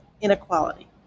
inequality